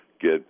get